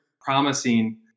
promising